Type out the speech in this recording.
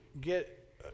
get